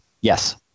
Yes